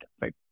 right